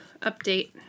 update